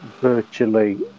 virtually